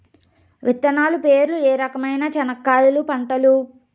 విత్తనాలు పేర్లు ఏ రకమైన చెనక్కాయలు పంటలు?